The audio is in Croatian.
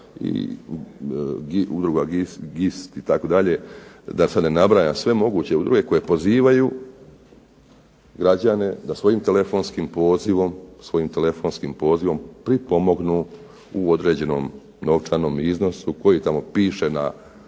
i Udruga GIST itd., da sad ne nabrajam sve moguće udruge, koje pozivaju građane da svojim telefonskim pozivom pripomognu u određenom novčanom iznosu koji tamo piše na